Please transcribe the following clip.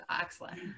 excellent